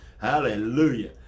hallelujah